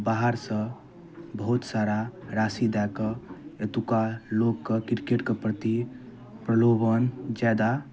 बाहरसँ बहुत सारा राशि दैके एतुका लोक कऽ क्रिकेट कऽ प्रति प्रलोभन जादा